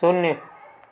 शून्य